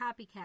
copycat